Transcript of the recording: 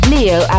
Leo